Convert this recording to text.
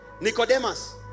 Nicodemus